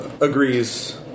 agrees